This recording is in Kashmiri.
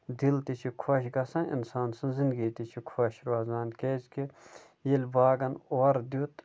دِل تہِ چھُ خۄش گژھان اِنسان سٕنٛز زِنٛدگی تہِ چھےٚ خۄش روزان کیٛازِ کہِ ییٚلہِ باغَن اورٕ دیُت